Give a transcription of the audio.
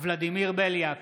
ולדימיר בליאק,